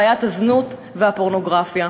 בעיית הזנות והפורנוגרפיה.